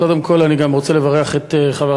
קודם כול אני רוצה לברך את חברי